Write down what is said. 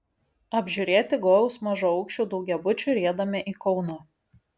apžiūrėti gojaus mažaaukščių daugiabučių riedame į kauną